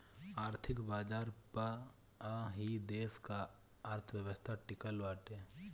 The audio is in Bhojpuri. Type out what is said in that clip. आर्थिक बाजार पअ ही देस का अर्थव्यवस्था टिकल बाटे